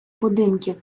будинків